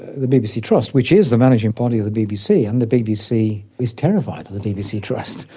the bbc trust, which is the managing party of the bbc, and the bbc is terrified of the bbc trust,